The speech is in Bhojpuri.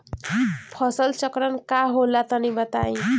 फसल चक्रण का होला तनि बताई?